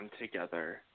together